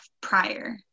prior